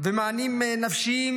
מענים נפשיים